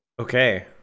Okay